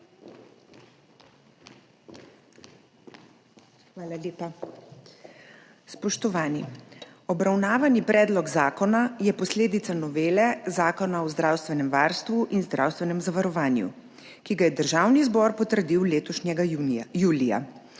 Hvala lepa. Spoštovani! Obravnavani predlog zakona je posledica novele Zakona o zdravstvenem varstvu in zdravstvenem zavarovanju, ki ga je Državni zbor potrdil letošnjega julija.